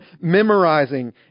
memorizing